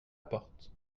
porte